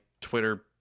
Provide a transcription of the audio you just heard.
Twitter